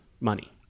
money